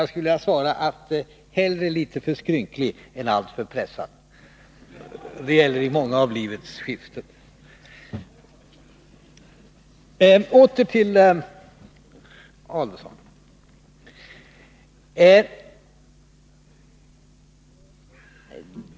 Jag skulle vilja svara med att säga: Hellre litet för skrynklig än alltför pressad! Detta gäller många av livets skiften. Åter till Ulf Adelsohn.